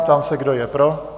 Ptám se, kdo je pro.